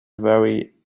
very